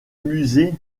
musée